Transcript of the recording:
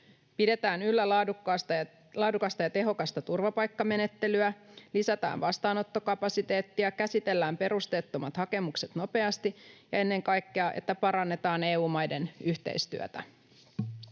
pidetään yllä laadukasta ja tehokasta turvapaikkamenettelyä, lisätään vastaanottokapasiteettia, käsitellään perusteettomat hakemukset nopeasti ja ennen kaikkea parannetaan EU-maiden yhteistyötä.